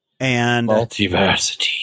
Multiversity